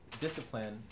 discipline